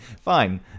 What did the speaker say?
fine